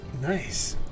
Nice